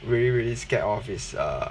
really really scared of it's err